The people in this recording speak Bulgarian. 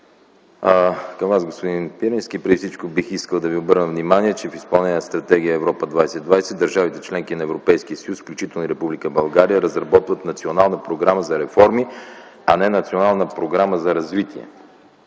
Към Вас, господин Пирински! Преди всичко бих искал да Ви обърна внимание, че в изпълнение на Стратегия „Европа 2020” държавите – членки на Европейския съюз, включително и Република България, разработват Национална програма за реформи, а не Национална програма за развитие.